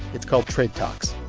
it's called trade talks.